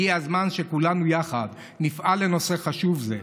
הגיע הזמן שכולנו נפעל יחד בנושא חשוב זה.